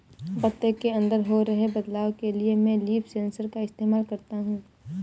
पत्ती के अंदर हो रहे बदलाव के लिए मैं लीफ सेंसर का इस्तेमाल करता हूँ